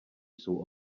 jsou